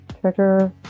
trigger